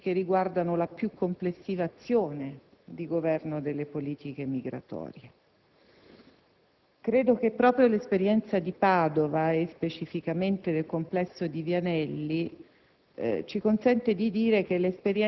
e hanno proposto alcuni quesiti che riguardano la più complessiva azione di governo delle politiche migratorie. Credo che proprio l'esperienza di Padova e, specificamente, del complesso di via Anelli,